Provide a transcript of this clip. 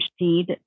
need